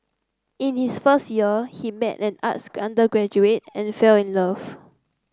in his first year he met an arts undergraduate and fell in love